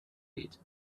eat